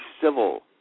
civil